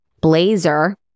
blazer